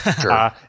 Sure